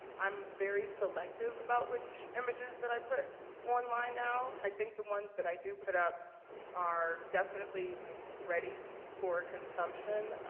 i'm very selective about which images that i put online now. i think the ones that i do put up are definitely like ready for consumption.